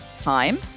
time